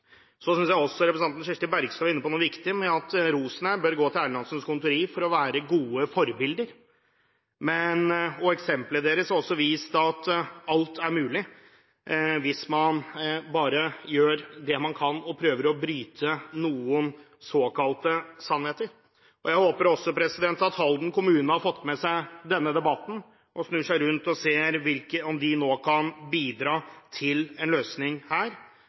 synes også representanten Kirsti Bergstø var inne på noe viktig, at rosen her bør gå til Erlandsens Conditori fordi det er et godt forbilde. Eksemplet deres har også vist at alt er mulig hvis man bare gjør det man kan og prøver å bryte med noen såkalte sannheter. Jeg håper at Halden kommune har fått med seg denne debatten og snur seg rundt og ser om de nå kan bidra til en løsning her,